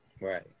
Right